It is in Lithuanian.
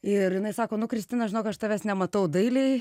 ir jinai sako nu kristina žinok aš tavęs nematau dailėj